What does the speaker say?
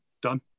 done